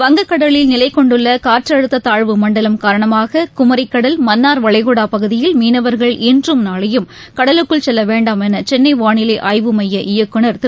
வங்கக்கடலில் நிலை கொண்டுள்ள காற்றழுத்த தாழ்வு மண்டலம் காரணமாக குமரி கடல் மன்னார் வளைகுடா பகுதியில் மீனவா்கள் இன்றும் நாளையும் கடலுக்கு செல்ல வேண்டாமென சென்னை வானிலை ஆய்வுமைய இயக்குநர் திரு